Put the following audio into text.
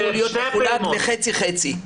זה היה אמור להיות מחולק לחצי חצי.